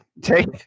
Take